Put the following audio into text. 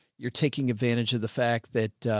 you're taking advantage of the fact that, ah,